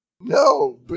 No